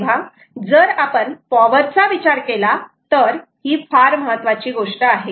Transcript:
तेव्हा जर आपण पॉवर चा विचार केला तर ही फार महत्त्वाची गोष्ट आहे